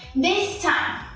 this time,